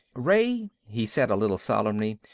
ray, he said a little solemnly,